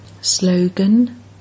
Slogan